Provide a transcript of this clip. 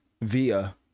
via